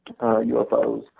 UFOs